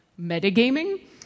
metagaming